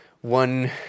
one